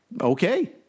Okay